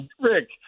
Rick